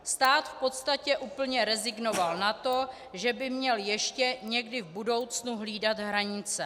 Stát v podstatě úplně rezignoval na to, že by měl ještě někdy v budoucnu hlídat hranice.